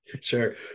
Sure